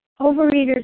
Overeaters